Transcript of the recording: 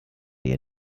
ihr